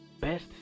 best